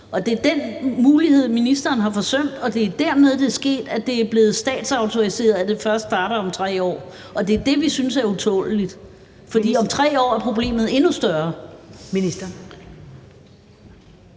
Og det er den mulighed, ministeren har forsømt, og det er dermed, det er sket: at det er blevet statsautoriseret, at det først starter om 3 år. Og det er det, vi synes er utåleligt. For om 3 år er problemet endnu større. Kl.